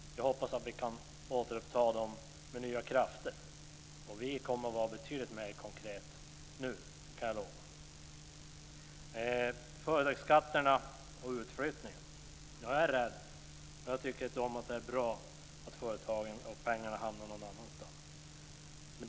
Jag hoppas att vi kan återuppta dem med nya krafter. Vi kommer nu att vara betydligt mer konkreta. Det kan jag lova. När det gäller företagsskatterna och utflyttningen är jag rädd. Jag tycker inte att det är bra att företagen och pengarna hamnar någon annanstans.